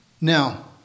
Now